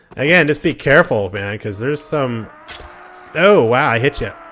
again, just be careful, man, cause there's some oh, wow. i hit ya.